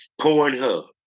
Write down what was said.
Pornhub